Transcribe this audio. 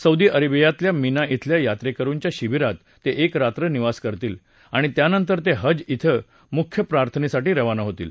Saudi अरेबियातल्या Mina श्रून्या यात्रेकरूंच्या शिबीरात ते एक रात्र निवास करतील आणि त्यांनतर ते हज खे मुख्य प्रार्थनेसाठी रवाना होतील